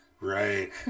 Right